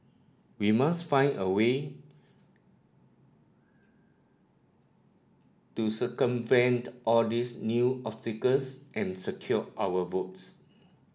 we must find a way to circumvent all these new obstacles and secure our votes